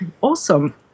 awesome